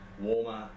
warmer